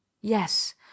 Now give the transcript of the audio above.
yes